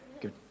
Good